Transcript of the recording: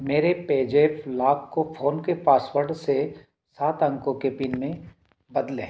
मेरे पेजेप लाक को फोन के पासवर्ड से सात अंकों के पिन में बदलें